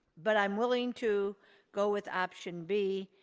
but i'm willing to go with option b,